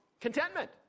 Contentment